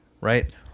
right